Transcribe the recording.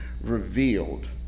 revealed